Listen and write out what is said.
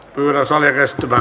vaali